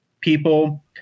people